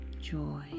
joy